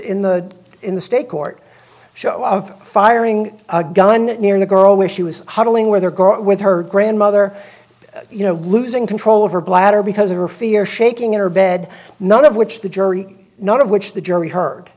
e in the state court show of firing a gun near the girl where she was huddling with her girl with her grandmother you know losing control of her bladder because of her fear shaking in her bed none of which the jury none of which the jury h